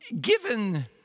given